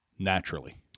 Naturally